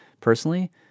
personally